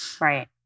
Right